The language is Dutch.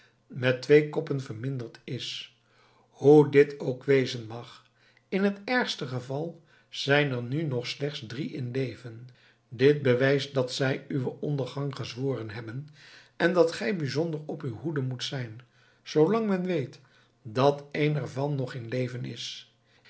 met twee koppen verminderd is hoe dit ook wezen mag in t ergste geval zijn er nu nog slechts drie in leven dit bewijst dat zij uwen ondergang gezworen hebben en dat gij bijzonder op uw hoede moet zijn zoolang men weet dat een er van nog in leven is